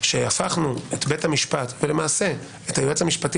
שהפכנו את בית המשפט ולמעשה את היועץ המשפטי